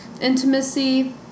intimacy